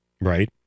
Right